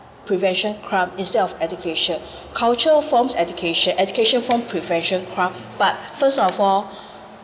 prevention crime instead of education cultural forms education education form profession crime but first of all